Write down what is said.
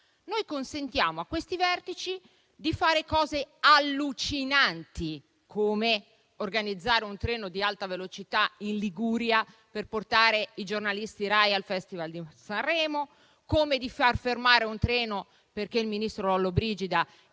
si consente a questi vertici di fare cose allucinanti, come organizzare un treno ad alta velocità in Liguria per portare i giornalisti Rai al Festival di Sanremo o far fermare un treno perché il ministro Lollobrigida